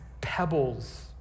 pebbles